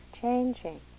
changing